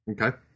Okay